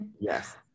yes